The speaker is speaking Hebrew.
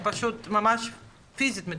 הם פשוט ממש פיזית מתמוטטים.